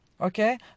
Okay